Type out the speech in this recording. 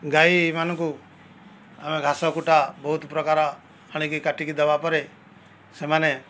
ଗାଈମାନଙ୍କୁ ଅମେ ଘାସ କୁଟା ବହୁତ ପ୍ରକାର ଆଣିକି କାଟିକି ଦେବାପରେ ସେମାନେ